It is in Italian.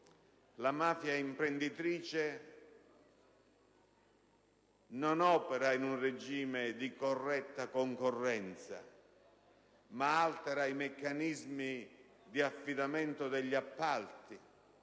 La mafia imprenditrice non opera in un regime di corretta concorrenza, ma altera i meccanismi di affidamento degli appalti,